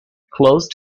closed